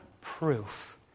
proof